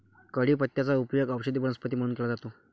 कढीपत्त्याचा उपयोग औषधी वनस्पती म्हणून केला जातो